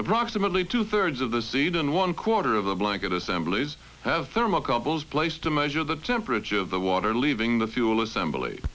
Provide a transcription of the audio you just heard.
approximately two thirds of the seed and one quarter of a blanket assemblies thermocouples place to measure the temperature of the water leaving the fuel assembly